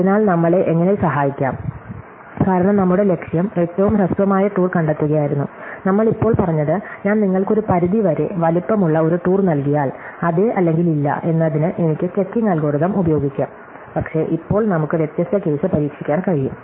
അതിനാൽ നമ്മളെ എങ്ങനെ സഹായിക്കാം കാരണം നമ്മുടെ ലക്ഷ്യം ഏറ്റവും ഹ്രസ്വമായ ടൂർ കണ്ടെത്തുകയായിരുന്നു നമ്മൾ ഇപ്പോൾ പറഞ്ഞത് ഞാൻ നിങ്ങൾക്ക് ഒരു പരിധി വരെ വലുപ്പമുള്ള ഒരു ടൂർ നൽകിയാൽ അതെ അല്ലെങ്കിൽ ഇല്ല എന്നതിന് എനിക്ക് ചെക്കിംഗ് അൽഗോരിതം ഉപയോഗിക്കാം പക്ഷേ ഇപ്പോൾ നമുക്ക് വ്യത്യസ്ത കേസ് പരീക്ഷിക്കാൻ കഴിയും